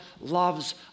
loves